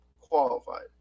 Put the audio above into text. qualified